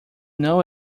know